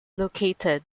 located